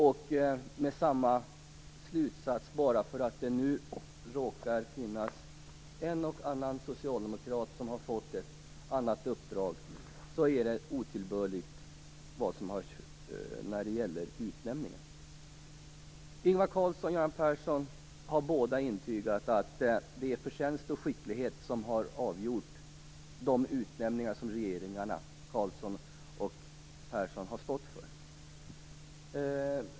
Bara därför att det råkar finnas en och annan socialdemokrat som har fått ett annat uppdrag drar Anders Björck slutsatsen att utnämningen är otillbörlig. Ingvar Carlsson och Göran Persson har intygat att det är förtjänst och skicklighet som har avgjort de utnämningar som regeringarna Carlsson och Persson har gjort.